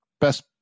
best